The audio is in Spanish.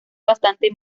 bastante